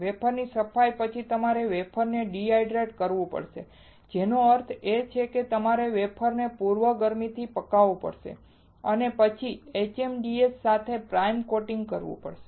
wafer સફાઈ પછી તમારે વેફરને ડિહાઇડ્રેટ કરવું પડશે જેનો અર્થ છે કે તમારે વેફરને પૂર્વ ગરમીથી પકવવું પડશે અને તે પછી HMDS સાથે પ્રાઇમર કોટિંગ કરવું પડશે